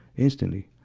instantly.